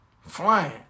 Flying